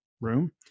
room